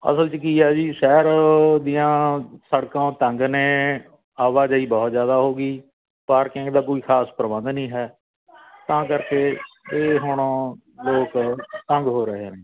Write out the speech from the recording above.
ਅਸਲ 'ਚ ਕੀ ਹੈ ਜੀ ਸ਼ਹਿਰ ਦੀਆਂ ਸੜਕਾਂ ਤੰਗ ਨੇ ਆਵਾਜਾਈ ਬਹੁਤ ਜ਼ਿਆਦਾ ਹੋ ਗਈ ਪਾਰਕਿੰਗ ਦਾ ਕੋਈ ਖਾਸ ਪ੍ਰਬੰਧ ਨਹੀਂ ਹੈ ਤਾਂ ਕਰਕੇ ਇਹ ਹੁਣ ਲੋਕ ਤੰਗ ਹੋ ਰਹੇ ਹਨ